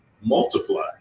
multiply